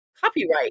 copyright